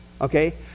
Okay